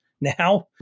now